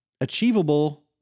Achievable